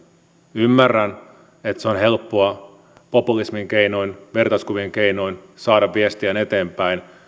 ymmärrän että on helppoa populismin keinoin vertauskuvien keinoin saada viestiään eteenpäin